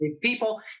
people